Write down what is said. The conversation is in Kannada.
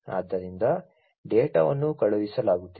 ಆದ್ದರಿಂದ ಡೇಟಾವನ್ನು ಕಳುಹಿಸಲಾಗುತ್ತಿದೆ